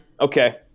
Okay